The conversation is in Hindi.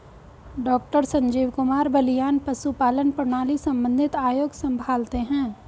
डॉक्टर संजीव कुमार बलियान पशुपालन प्रणाली संबंधित आयोग संभालते हैं